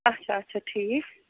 اچھا اچھا ٹھیٖک